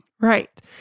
Right